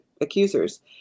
accusers